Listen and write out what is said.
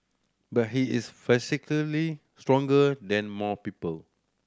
but he is psychologically stronger than more people